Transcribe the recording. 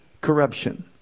corruption